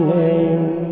name